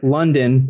London